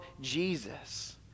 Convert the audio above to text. Jesus